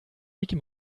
micky